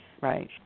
right